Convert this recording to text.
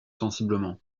sensiblement